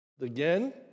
Again